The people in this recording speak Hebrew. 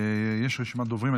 יש רשימת דוברים.